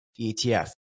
ETF